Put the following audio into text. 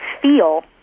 feel